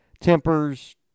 Tempers